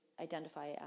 identify